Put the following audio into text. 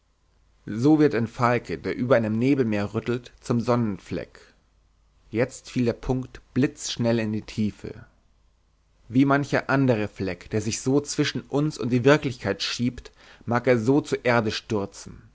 so wird ein falke der über einem nebelmeer rüttelt zum sonnenfleck jetzt fiel der punkt blitzschnell in die tiefe wie mancher andere fleck der sich so zwischen uns und die wirklichkeit schiebt mag so zur erde stürzen